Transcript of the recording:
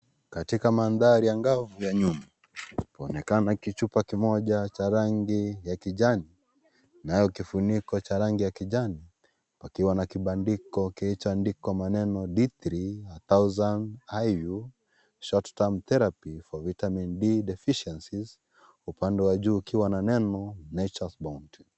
Katika madhari angavu ya nyuma, yaonekana kichupa kimoja cha rangi ya kijani, nayo kifuniko cha rangi ya kijani huku kukiwa na kibandiko kilichoandikwa maneno "D3, 1000IU, short term therapy for vitamin D deficiencies, " upande wa juu ukiwa na neno " nature's bounty .